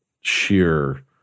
sheer